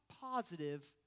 positive